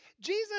Jesus